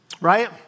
right